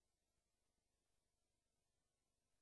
בסדר, בסדר,